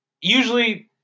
usually